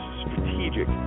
strategic